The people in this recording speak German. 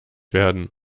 werden